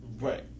Right